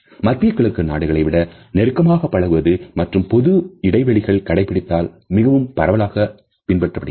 மத்திய கிழக்கு நாடுகளை விட நெருக்கமாக பழகுவது மற்றும் பொது இடைவெளிகள் கடைபிடித்தால் மிகவும் பரவலாக பின்பற்றப்படுகிறது